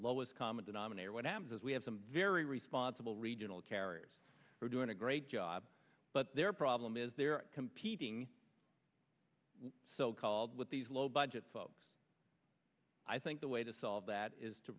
lowest common denominator what happens is we have some very responsible regional carriers who are doing a great job but their problem is they're competing so called with these low budget folks i think the way to solve that is to